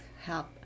help